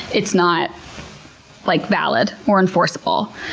it's not like valid or enforceable.